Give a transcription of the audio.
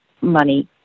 money